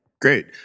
Great